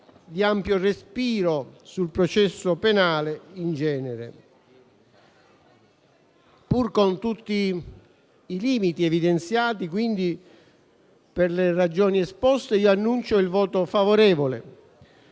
di ampio respiro, sul processo penale in genere. Pur con tutti i limiti evidenziati e per le ragioni esposte, annuncio il voto favorevole